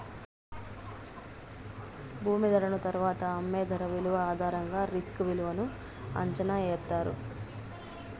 భూమి ధరను తరువాత అమ్మే ధర విలువ ఆధారంగా రిస్క్ విలువను అంచనా ఎత్తారు